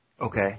Okay